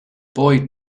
boy